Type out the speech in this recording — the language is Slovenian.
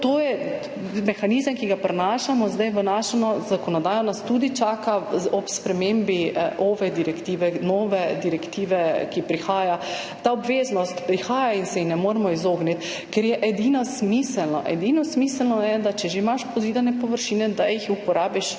To je mehanizem, ki ga zdaj prinašamo v našo zakonodajo, čaka nas tudi ob spremembi nove direktive, ki prihaja. Ta obveznost prihaja in se ji ne moremo izogniti, ker je edina smiselna. Edino smiselno je, da če že imaš pozidane površine, da jih uporabiš